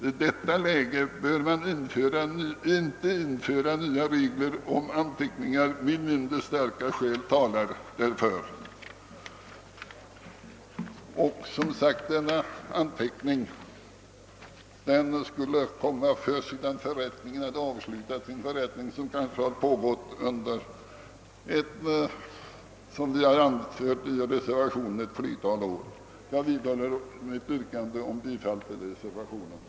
I detta läge bör man inte införa nya regler om anteckningar med mindre starka skäl talar därför.» Ifrågavarande anteckningar skulle alltså komma att göras först efter det att förrättningen avslutats. Och som vi anfört i reservationen I kan det gälla en förrättning som pågått under ett flertal år. Herr talman! Jag vidhåller mitt yrkande om bifall till reservationen I.